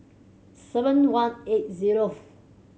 seven one eight zeroth